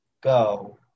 go